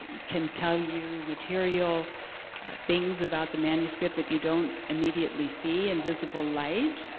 can tell you material things about the manuscript that you don't immediately see in visible light.